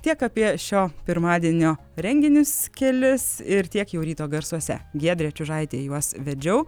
tiek apie šio pirmadienio renginius kelis ir tiek jau ryto garsuose giedrė čiužaitė juos vedžiau